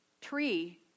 tree